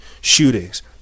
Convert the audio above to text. Shootings